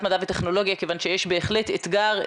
מדע וטכנולוגיה כיוון שיש בהחלט אתגר.